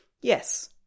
Yes